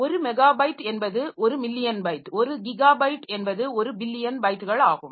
1 megabyte என்பது 1 million byte 1 gigabyte என்பது 1 billion பைட்டுகள் ஆகும்